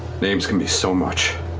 names can be so much.